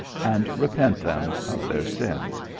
and repent them of their sins.